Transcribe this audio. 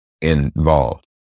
involved